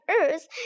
Earth